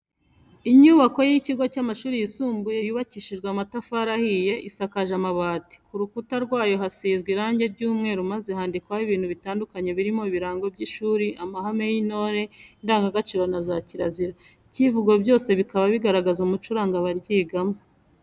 Inyubako y'ikigo cy'amashuri yisumbuye yubakishije amatafari ahiye, isakaje amabati, ku rukutwa rwayo kasizwe irangi ry'umweru maze handikwaho ibintu bitandukanye birimo ibirango by'ishuri, amahame y'intore, indangagaciro na za kirazira, icyivugo byose bikaba bigaragaza umuco uranga abaryigamo.